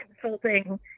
consulting